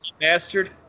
bastard